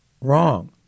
Wrong